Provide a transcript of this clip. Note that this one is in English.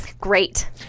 Great